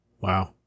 Wow